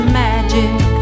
magic